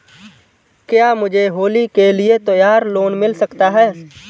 क्या मुझे होली के लिए त्यौहार लोंन मिल सकता है?